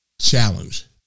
challenge